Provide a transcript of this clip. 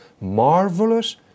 Marvelous